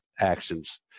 actions